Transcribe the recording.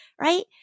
right